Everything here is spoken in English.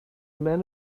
men